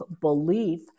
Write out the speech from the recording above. belief